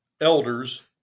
elders